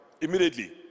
immediately